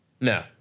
No